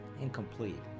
incomplete